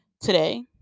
today